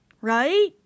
Right